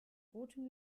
rotem